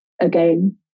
Again